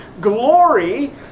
glory